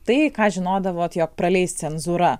tai ką žinodavot jog praleis cenzūra